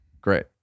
great